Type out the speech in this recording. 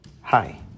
Hi